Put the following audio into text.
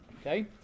okay